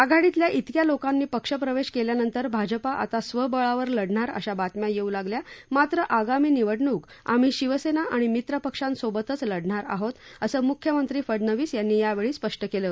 आघाडीतल्या इतक्या लोकांनी पक्षप्रवेश केल्यानंतर भाजपा आता स्वबळावर लढणार अशा बातम्या येऊ लागल्या मात्र आगामी निवडणूक आम्ही शिवसेना आणि मित्र पक्षांसोबतच लढणार आहोत असं मुख्यमंत्री फडनवीस यांनी यावेळी स्पष्ट केलं